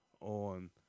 on